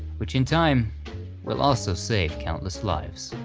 which in time will also save countless lives.